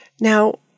Now